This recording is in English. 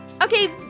Okay